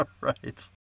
right